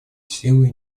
силы